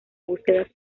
búsquedas